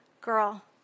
girl